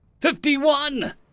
Fifty-one